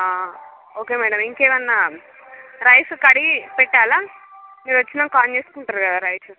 ఆ okay madam ఇంకేమన్నా rice కడిగి పెట్టాల మీరు వచ్చినాంక ఆన్ చేసుకుంటారు కదా రైస్